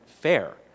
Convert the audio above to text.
fair